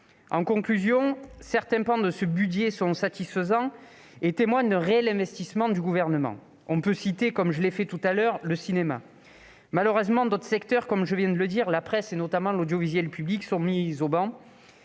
En conclusion, certains pans de ce budget sont satisfaisants et témoignent d'un réel investissement du Gouvernement. On peut citer, comme je l'ai fait tout à l'heure, le cinéma. Malheureusement, d'autres secteurs comme la presse et l'audiovisuel public sont mis au ban.